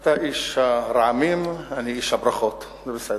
אתה איש הרעמים ואני איש הברכות, זה בסדר.